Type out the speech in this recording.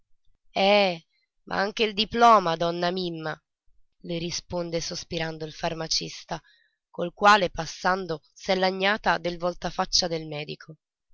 eh ma anche il diploma donna mimma le risponde sospirando il farmacista col quale passando s'è lagnata del voltafaccia del medico